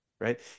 Right